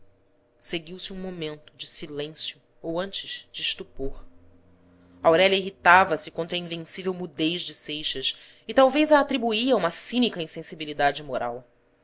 seguiu-se um momento de silêncio ou antes de estupor aurélia irritava se contra a invencível mudez de seixas e talvez a atribuía a uma cínica insensibilidade moral